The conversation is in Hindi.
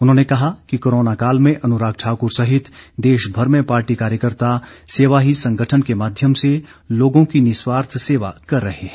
उन्होंने कहा कि कोरोना काल में अनुराग ठाकुर सहित देश भर में पार्टी कार्यकर्ता सेवा ही संगठन के माध्यम से लोगों की निस्वार्थ सेवा कर रहे हैं